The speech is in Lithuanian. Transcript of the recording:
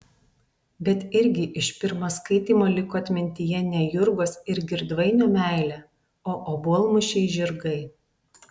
bet irgi iš pirmo skaitymo liko atmintyje ne jurgos ir girdvainio meilė o obuolmušiai žirgai